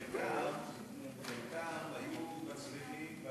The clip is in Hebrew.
חלקם היו מצליחים,